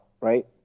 Right